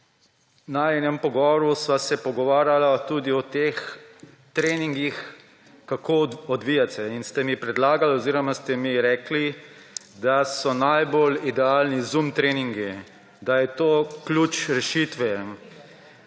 najinem pogovoru sva se pogovarjala tudi o teh treningih, kako naj bi se odvijali, in ste mi predlagali oziroma ste mi rekli, da so najbolj idealni Zoom treningi, da je to ključ rešitve.